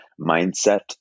mindset